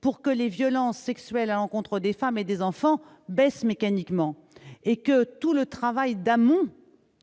pour que les violences sexuelles à l'encontre des femmes et des enfants diminuent mécaniquement. En amont, tout le travail